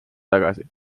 tagasi